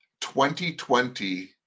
2020